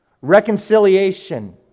reconciliation